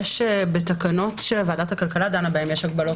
יש בתקנות שוועדת הכלכלה דנה בהם הגבלות